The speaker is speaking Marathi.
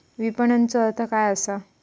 विपणनचो अर्थ काय असा?